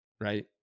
right